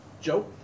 Joe